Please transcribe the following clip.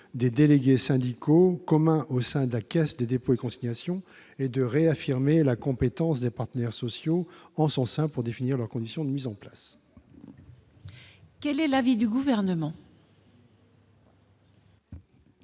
des délégués syndicaux communs au sein de la Caisse des dépôts et consignations et de réaffirmer la compétence des partenaires sociaux en son sein pour définir leurs conditions de mise en place. Quel est l'avis du Gouvernement ?